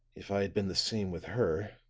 if i had been the same with her,